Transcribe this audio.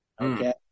Okay